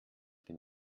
den